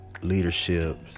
leadership